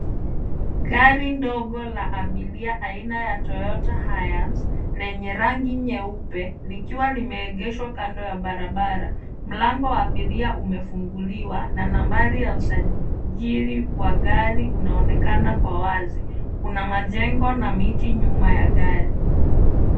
Gari ndogo la abiria aina ya Toyota Hiace, lenye rangi nyeupe likiwa limeegeshwa kando ya barabara. Mlango wa abiria umefunguliwa na nambari ya usajili wa gari, unaonekana kwa wazi. Kuna majengo na miti nyuma ya gari.